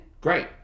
Great